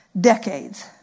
decades